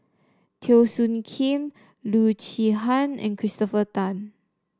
Teo Soon Kim Loo Zihan and Christopher Tan